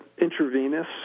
intravenous